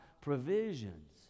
provisions